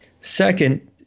Second